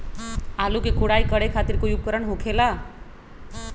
आलू के कोराई करे खातिर कोई उपकरण हो खेला का?